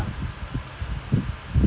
can lah not not doing anything